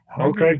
okay